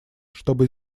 чтобы